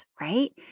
right